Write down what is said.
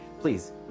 Please